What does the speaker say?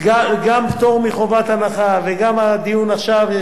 גם פטור מחובת הנחה וגם הדיון עכשיו.